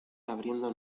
abriendo